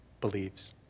believes